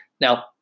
now